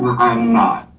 i'm not.